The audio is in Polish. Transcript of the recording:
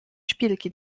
szpilki